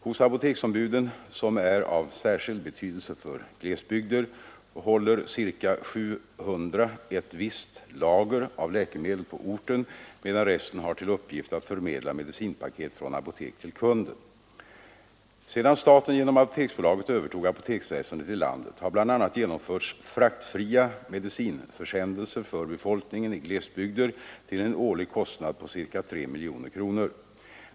Av apoteksombuden, som är av särskild betydelse för glesbygder, håller ca 700 ett visst lager av läkemedel på orten, medan resten har till uppgift att förmedla medicinpaket från apoteken till kunden. Sedan staten genom Apoteksbolaget övertog apoteksväsendet i landet har bl.a. genomförts fraktfria medicinförsändelser för befolkningen i glesbygder till en årlig kostnad av ca 3 miljoner kronor.